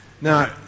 Now